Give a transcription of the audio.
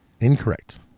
Incorrect